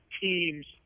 teams